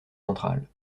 centrale